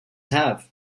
have